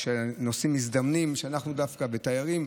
או נוסעים מזדמנים ותיירים,